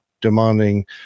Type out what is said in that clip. demanding